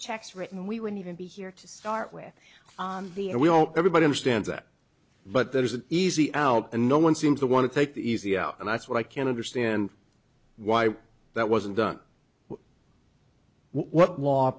checks written we would even be here to start with the and we hope everybody understands that but there is an easy out and no one seems to want to take the easy out and i swear i can't understand why that wasn't done what law